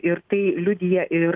ir tai liudija ir